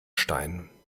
stein